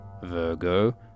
Virgo